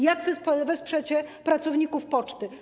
Jak wesprzecie pracowników poczty?